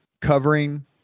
covering